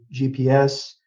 GPS